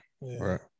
Right